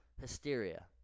Hysteria